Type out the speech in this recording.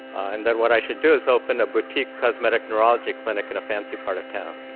and that what i should do is open a repeat cosmetic neurology clinic in a fancy part of town.